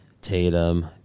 Tatum